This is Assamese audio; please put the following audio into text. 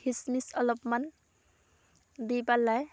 খিচ্মিচ্ অলপমান দি পেলাই